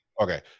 Okay